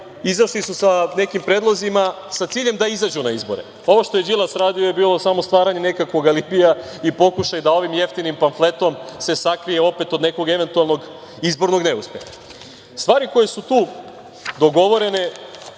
izašli su sa nekim predlozima sa ciljem da izađu na izbore. Ovo što je Đilas radio je bio samo pokušaj da ovim jeftinim pamfletom se sakrije od nekog eventualnog izbornog neuspeha. Stvari koje su tu dogovorene